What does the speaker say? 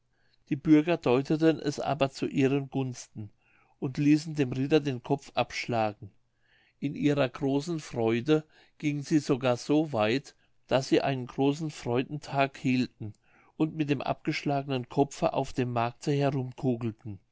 die bürger deuteten es aber zu ihren gunsten und ließen dem ritter den kopf abschlagen in ihrer großen freude gingen sie sogar so weit daß sie einen großen freudentag hielten und mit dem abgeschlagenen kopfe auf dem markte